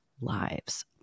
lives